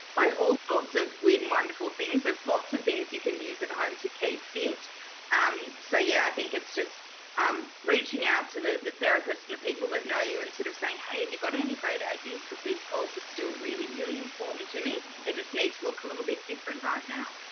like all sorts of weird and wonderful things. there's lots of things you can use at home to keep fit. and um so yeah, i think it's just um reaching out to the therapist and the people that know you and sort of saying, hey, if you got any great ideas, because these goals are still really really important to me, they just need to look a little bit different right now.